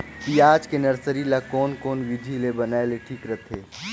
पियाज के नर्सरी ला कोन कोन विधि ले बनाय ले ठीक रथे?